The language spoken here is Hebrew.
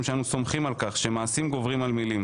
שאנו סומכים על כך שמעשים גוברים על מילים.